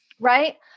right